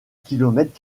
kilomètres